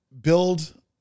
build